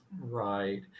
Right